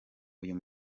uyu